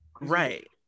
Right